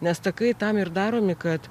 nes takai tam ir daromi kad